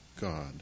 God